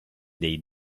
dei